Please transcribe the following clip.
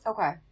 Okay